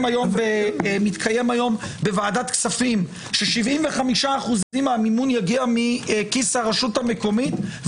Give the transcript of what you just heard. היום בוועדת כספים ש-75% מהמימון יגיע מכיס הרשות המקומית,